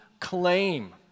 Claim